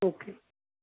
okay